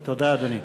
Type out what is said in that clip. תודה, אדוני.